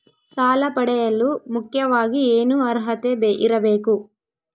ಸಾಲ ಪಡೆಯಲು ಮುಖ್ಯವಾಗಿ ಏನು ಅರ್ಹತೆ ಇರಬೇಕು?